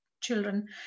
children